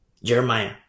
Jeremiah